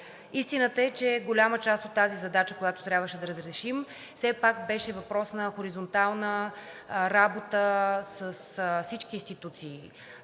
Истината е, че голяма част от тази задача, която трябваше да разрешим, все пак беше въпрос на хоризонтална работа с всички институции